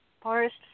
Forest